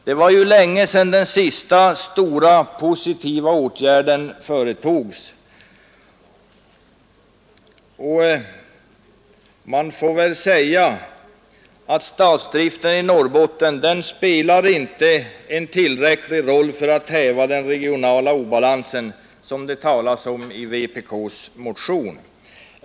Det var länge sedan den senaste mer omfattande positiva åtgärden vidtogs, och man måste säga att statsdriften i Norrbotten inte spelar den roll för att häva regional obalans som det talas om i vpk:s motion.